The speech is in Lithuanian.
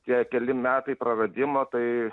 tie keli metai praradimo tai